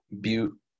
Butte